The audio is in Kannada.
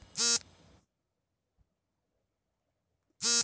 ಇ ಕಾಮರ್ಸ್ ನೊಂದಾಯಿತ ಕೃಷಿಕರಿಗೆ ಮಾತ್ರವೇ?